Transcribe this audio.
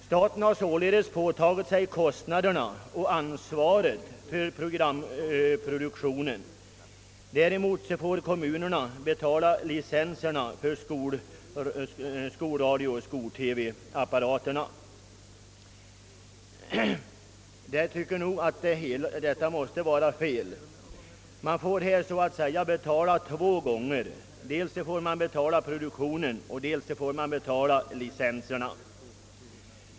Staten har således påtagit sig kostnaderna och ansvaret för programproduktionen. Däremot får kommunerna betala licens för skolornas radio och TV-apparater. Jag anser att detta är felaktigt, eftersom man så att säga får betala två gånger: dels för produktionen och dels för licenserna.